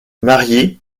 mariée